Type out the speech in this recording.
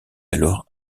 alors